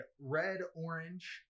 red-orange